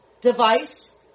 device